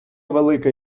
велика